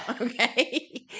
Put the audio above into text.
Okay